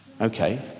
Okay